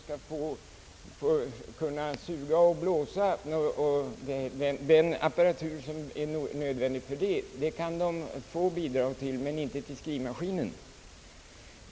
Bidrag kan utgå till den särskilda apparatur, som behövs för detta ändamål, men inte till själva skrivmaskinen.